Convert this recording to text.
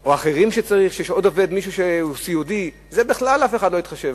או מישהו שהוא סיעודי, בזה בכלל אף אחד לא התחשב.